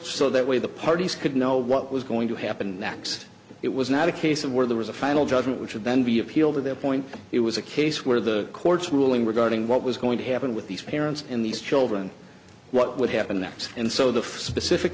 so that way the parties could know what was going to happen next it was not a case of where there was a final judgment which would then be appealed at that point it was a case where the court's ruling regarding what was going to happen with these parents in these children what would happen next and so the specific